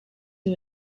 who